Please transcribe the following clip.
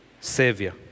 Savior